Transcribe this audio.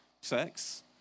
sex